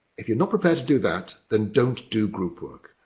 if you're not prepared to do that, then don't do group work.